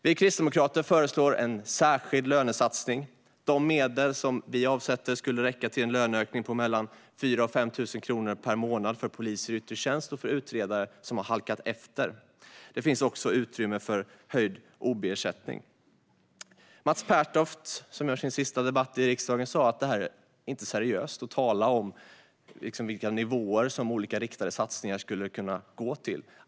Vi kristdemokrater föreslår en särskild lönesatsning. De medel som vi avsätter skulle räcka till en löneökning på mellan 4 000 och 5 000 kronor per månad för poliser i yttre tjänst och för utredare som har halkat efter. Det finns också utrymme för höjd ob-ersättning. Mats Pertoft, som gör sin sista debatt i riksdagen, sa att det inte är seriöst att tala om vilka nivåer som olika riktade satsningar skulle kunna leda till.